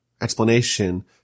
explanation